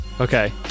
Okay